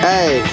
Hey